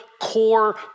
core